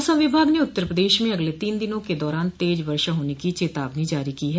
मौसम विभाग ने उत्तर प्रदेश में अगले तीन दिनों के दौरान तेज वर्षा हाने की चेतावनी जारी की है